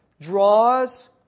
draws